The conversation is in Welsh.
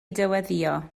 dyweddïo